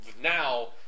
now